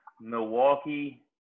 Milwaukee